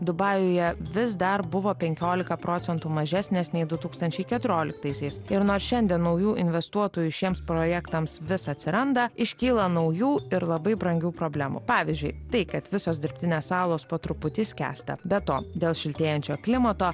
dubajuje vis dar buvo penkiolika procentų mažesnės nei du tūkstančiai keturioliktaisiais ir nors šiandien naujų investuotojų šiems projektams vis atsiranda iškyla naujų ir labai brangių problemų pavyzdžiui tai kad visos dirbtinės salos po truputį skęsta be to dėl šiltėjančio klimato